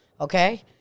okay